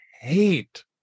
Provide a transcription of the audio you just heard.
hate